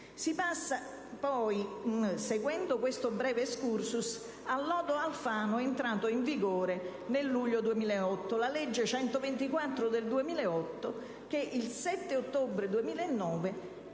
Si passa poi, seguendo questo breve *excursus*, al lodo Alfano, entrato in vigore nel luglio del 2008, la legge n. 124 del 2008, che il 7 ottobre 2009